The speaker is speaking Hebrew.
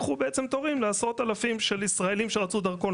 לקחו בעצם תורים לעשרות אלפים של ישראלים שרצו דרכון,